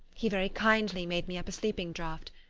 he very kindly made me up a sleeping draught,